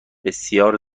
بسیار